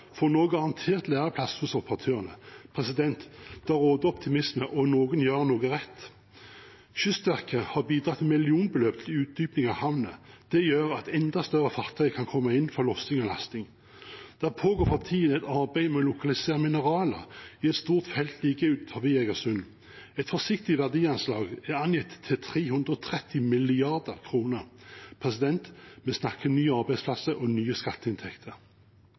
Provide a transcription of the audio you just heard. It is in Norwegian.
optimisme, og noen gjør noe rett. Kystverket har bidratt med millionbeløp til utdyping av havnen. Det gjør at enda større fartøy kan komme inn for lossing og lasting. Det pågår for tiden et arbeid med å lokalisere mineraler i et stort felt like utenfor Egersund. Et forsiktig verdianslag er på 330 mrd. kr. Vi snakker om nye arbeidsplasser og nye skatteinntekter.